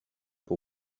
pour